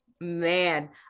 man